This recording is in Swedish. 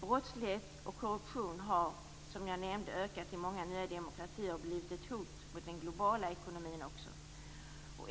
Brottslighet och korruption har, som jag nämnde, ökat och har i många nya demokratier blivit ett hot även mot den globala ekonomin.